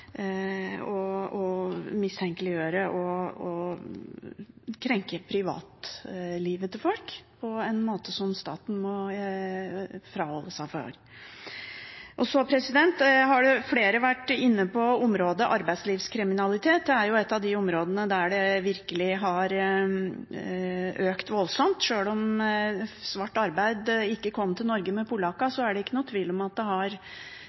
som staten må avholde seg fra å gjøre. Flere har vært inne på arbeidslivskriminalitet. Det er et av de områdene der det virkelig har økt voldsomt. Sjøl om svart arbeid ikke kom til Norge med polakkene, er det ikke noen tvil om at det har